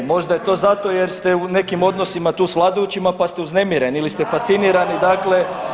Možda je to zato jer ste u nekim odnosima tu sa vladajućima, pa ste uznemireni ili ste fascinirani, dakle